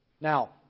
Now